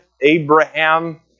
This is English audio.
Abraham